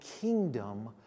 kingdom